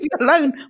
alone